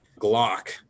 Glock